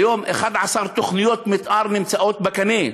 כיום 11 תוכניות מתאר נמצאות בקנה.